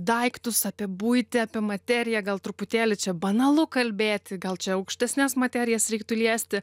daiktus apie buitį apie materiją gal truputėlį čia banalu kalbėti gal čia aukštesnes materijas reiktų liesti